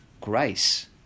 grace